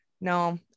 No